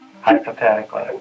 Hypothetically